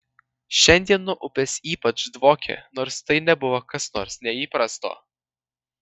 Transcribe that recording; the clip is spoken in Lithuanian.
šiandien nuo upės ypač dvokė nors tai nebuvo kas nors neįprasto